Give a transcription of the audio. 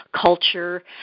culture